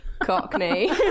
Cockney